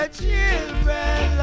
children